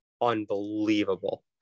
unbelievable